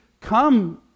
come